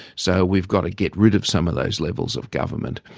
so we've got to get rid of some of those levels of government,